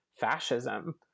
fascism